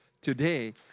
today